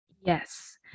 Yes